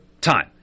time